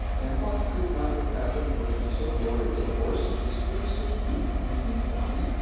and, what could not have happened but to so glorious a horse, the sprigs took root in his body,